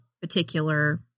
particular